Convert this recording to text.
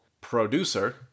producer